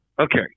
Okay